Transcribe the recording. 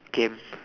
K